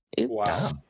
Wow